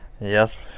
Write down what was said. Yes